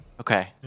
Okay